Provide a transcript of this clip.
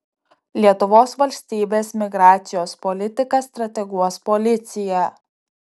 lietuvos valstybės migracijos politiką strateguos policija